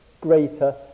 greater